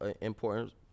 important –